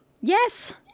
Yes